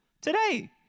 today